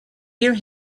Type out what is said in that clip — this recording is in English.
your